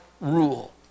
rule